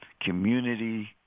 community